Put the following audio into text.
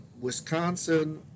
Wisconsin